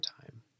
time